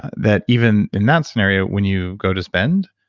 that even in that scenario, when you go to spend,